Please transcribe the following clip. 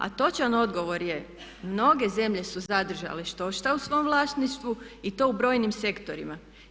A točan odgovor je mnoge zemlje su zadržale štošta u svom vlasništvu i to u brojnim sektorima.